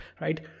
right